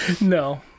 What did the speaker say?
No